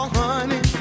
honey